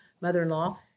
mother-in-law